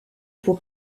pour